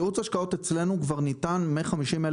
ייעוץ השקעות אצלנו כבר ניתן מ-50,000